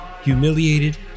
Humiliated